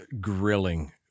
grilling